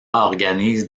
organise